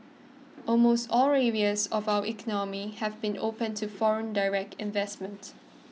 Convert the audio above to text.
almost all areas of our economy have been opened to foreign direct investment